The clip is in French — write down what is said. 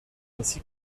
ainsi